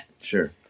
Sure